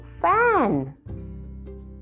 fan